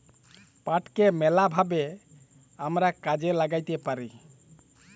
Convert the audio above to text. পাটকে ম্যালা ভাবে আমরা কাজে ল্যাগ্যাইতে পারি